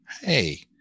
Hey